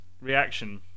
Reaction